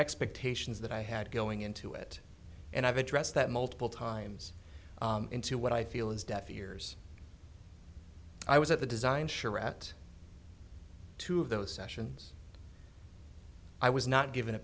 expectations that i had going into it and i've addressed that multiple times into what i feel is deaf ears i was at the design charette two of those sessions i was not given a